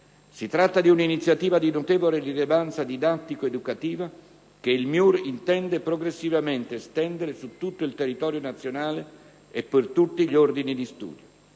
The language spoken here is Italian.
Si tratta di un'iniziativa di notevole rilevanza didattico-educativa che il MIUR intende progressivamente estendere su tutto il territorio nazionale e per tutti gli ordini di studio.